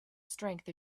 strength